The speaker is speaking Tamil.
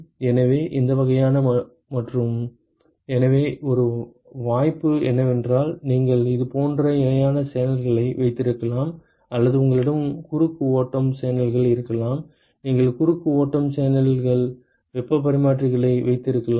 எனவே இந்த வகையான மற்றும் எனவே ஒரு வாய்ப்பு என்னவென்றால் நீங்கள் இது போன்ற இணையான சேனல்களை வைத்திருக்கலாம் அல்லது உங்களிடம் குறுக்கு ஓட்டம் சேனல் இருக்கலாம் நீங்கள் குறுக்கு ஓட்டம் சேனல் வெப்பப் பரிமாற்றிகளை வைத்திருக்கலாம்